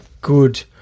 good